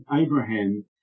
Abraham